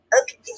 Okay